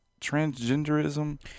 transgenderism